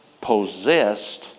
possessed